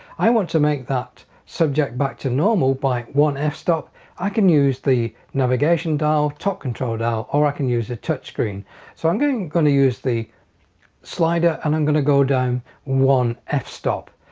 i want to make that subject back to normal by one f-stop i can use the navigation dial top control down or i can use a touch screen so i'm going going to use the slider and i'm going to go down one ah f-stop.